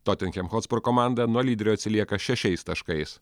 totenhem hotspur komanda nuo lyderio atsilieka šešiais taškais